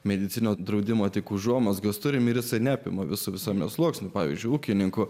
medicininio draudimo tik užuomazgos turi miręs neapima visų visame sluoksnyje pavyzdžiui ūkininkų